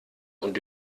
und